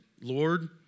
Lord